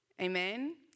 Amen